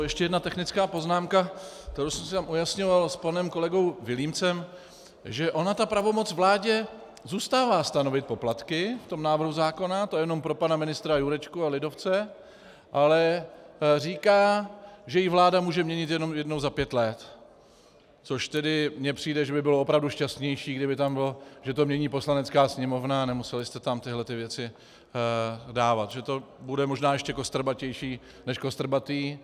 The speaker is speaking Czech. Ještě jedna technická poznámka, kterou jsem si tam ujasňoval s panem kolegou Vilímcem, že ona ta pravomoc vládě zůstává stanovit poplatky v tom návrhu zákona, to jenom pro pana ministra Jurečku a lidovce, ale říká, že ji vláda může měnit jenom jednou za pět let, což tedy mně přijde, že by bylo opravdu šťastnější, kdyby tam bylo, že to mění Poslanecká sněmovna, a nemuseli jste tam tyhle věci dávat, protože to bude možná ještě kostrbatější než kostrbaté.